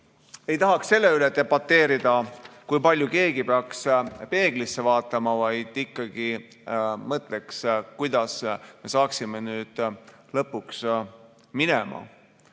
ei tahaks selle üle debateerida, kui palju keegi peaks peeglisse vaatama, vaid ikkagi mõtleksin, kuidas me saaksime nüüd lõpuks minema.